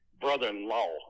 brother-in-law